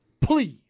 Please